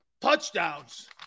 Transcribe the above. touchdowns